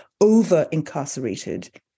over-incarcerated